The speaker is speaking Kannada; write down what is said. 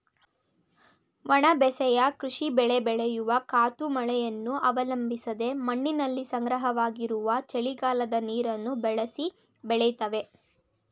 ಒಣ ಬೇಸಾಯ ಕೃಷಿ ಬೆಳೆ ಬೆಳೆಯುವ ಋತು ಮಳೆಯನ್ನು ಅವಲಂಬಿಸದೆ ಮಣ್ಣಿನಲ್ಲಿ ಸಂಗ್ರಹವಾಗಿರುವ ಚಳಿಗಾಲದ ನೀರನ್ನು ಬಳಸಿ ಬೆಳಿತವೆ